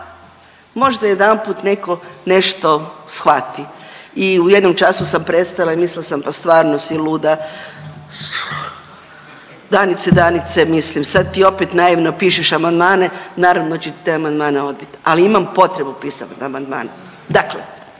možda jedanput neko nešto shvati i u jednom času sam prestala i mislila sam pa stvarno si luda, Danice, Danice mislim sad ti opet naivno pišeš amandmane, naravno da će ti te amandmane odbit, ali imam potrebu pisat amandmane. Dakle,